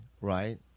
right